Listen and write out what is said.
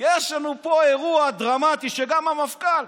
יש לנו פה אירוע דרמטי גם עם המפכ"ל.